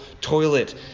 toilet